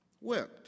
wept